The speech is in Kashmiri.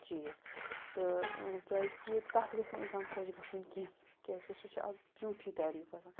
چیٖز تہٕ کیٛازکہِ تَتھ گژھِ نہٕ اِنسان خۄش گژھُن کیٚنٛہہ کیٛازکہِ سُہ چھُ اَکھ جھوٗٹی تعریٖف آسان